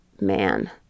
man